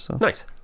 Nice